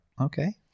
Okay